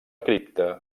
cripta